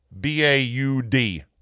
B-A-U-D